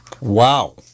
Wow